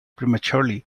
prematurely